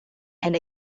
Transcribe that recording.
and